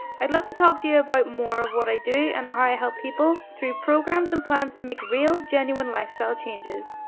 i'd love to talk to you about more of what i do and how i help people through programs and plans to make real, genuine lifestyle changes.